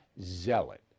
zealot